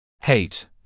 Hate